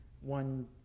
one